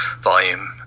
volume